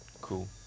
Cool